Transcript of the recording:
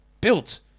built